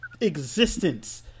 Existence